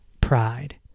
pride